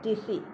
റ്റിസ്സി